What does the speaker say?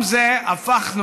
ביחד.